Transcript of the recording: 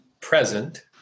present